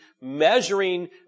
measuring